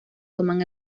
toman